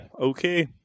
okay